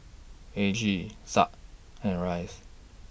Aggie Exa and Rice